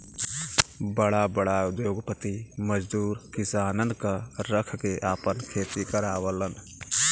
बड़ा बड़ा उद्योगपति मजदूर किसानन क रख के आपन खेती करावलन